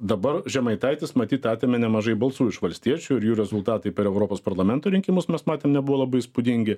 dabar žemaitaitis matyt atėmė nemažai balsų iš valstiečių ir jų rezultatai per europos parlamento rinkimus mes matėm nebuvo labai įspūdingi